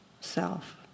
self